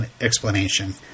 explanation